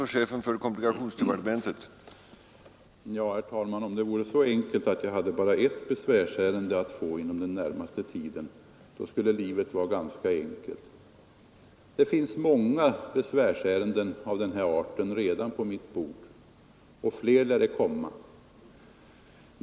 Herr talman! Om det vore så väl att jag hade bara ett besvärsärende att få inom den närmaste tiden skulle livet vara ganska enkelt. Det finns redan många besvärsärenden av den här arten på mitt bord, och fler lär det komma.